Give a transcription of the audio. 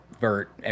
Vert